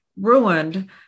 ruined